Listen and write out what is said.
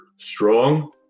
strong